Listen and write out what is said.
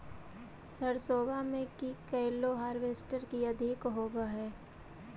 सरसोबा मे की कैलो हारबेसटर की अधिक होब है?